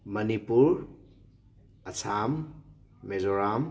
Manipur Assam Mizoram